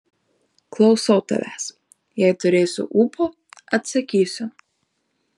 klausau tavęs jei turėsiu ūpo atsakysiu